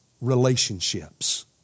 relationships